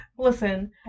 Listen